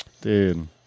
Dude